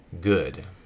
good